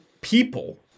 people